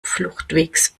fluchtwegs